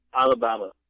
Alabama